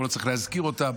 אבל לא צריך להזכיר אותן,